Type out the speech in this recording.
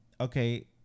Okay